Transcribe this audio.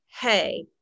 hey